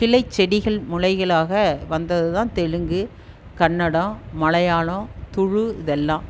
கிளை செடிகள் முளைகளாக வந்தது தான் தெலுங்கு கன்னடம் மலையாளம் துளு இதெல்லாம்